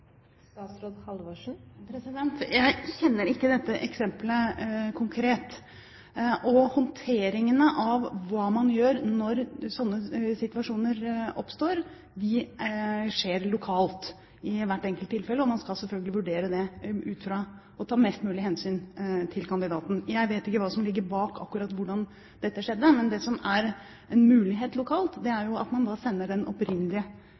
Jeg kjenner ikke dette eksempelet konkret, men håndteringen av hva man gjør når slike situasjoner oppstår, skjer lokalt i hvert enkelt tilfelle, og man skal selvfølgelig vurdere det ut fra å ta mest mulig hensyn til kandidaten. Jeg vet ikke hva som ligger bak hvordan akkurat dette skjedde, men det som er en mulighet lokalt, er at man sender den opprinnelige